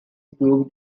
proved